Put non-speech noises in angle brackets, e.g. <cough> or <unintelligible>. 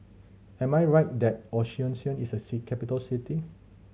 am I right that Asuncion is a <unintelligible> capital city